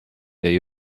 jäi